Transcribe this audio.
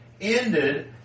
ended